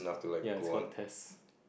ya it's called test